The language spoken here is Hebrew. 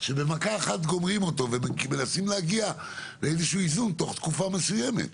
שבמכה אחת גומרים אותו ומנסים להגיע לאיזשהו איזון תוך תקופה מסוימת.